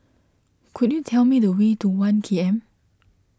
could you tell me the way to one K M